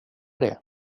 det